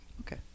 Okay